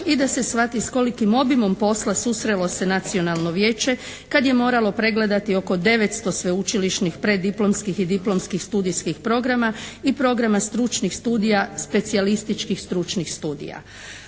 i da se shvati s kolikim obijmom posla susrelo se Nacionalno vijeće kad je moralo pregledati oko 900 sveučilišnih preddiplomskih i diplomskih studijskih programa i programa stručnih studija, specijalističkih stručnih studija.